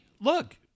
Look